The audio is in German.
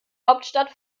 hauptstadt